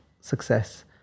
success